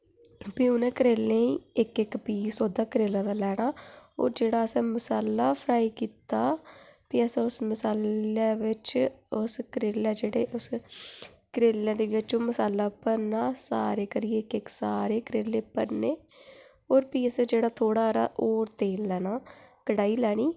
भी उ'नें करेलें दा इक इक पीस अद्धा अद्धा लैना ओह् जेह्ड़ा असें मसाला फ्राई कीते दा ते असें उसी इन्ना मसालें बिच ते ओह् करेलें बिच मसाला भरना इक इक करियै सारे मसाले भरने ओह् फिर असें थोह्ड़ा जेहा होर तेल लैना कढ़ाई लैनी